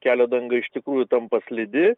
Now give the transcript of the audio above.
kelio danga iš tikrųjų tampa slidi